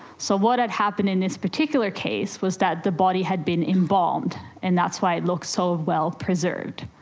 so what had happened in this particular case was that the body had been embalmed and that's why it looked so well preserved.